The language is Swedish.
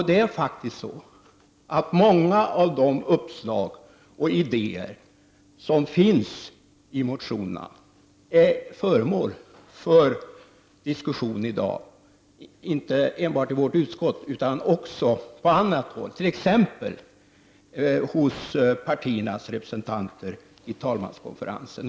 Det är faktiskt så, att många av de uppslag och idéer som finns i motionerna i dag är föremål för diskussion inte enbart i vårt utskott utan också på annat håll, t.ex. bland partiernas representanter i talmanskonferensen.